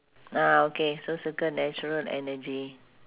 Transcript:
ah okay so circle natural energy